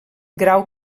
grau